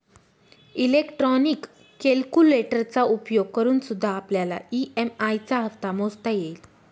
electronic कैलकुलेटरचा उपयोग करूनसुद्धा आपल्याला ई.एम.आई चा हप्ता मोजता येईल